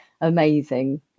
amazing